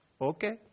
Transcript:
Okay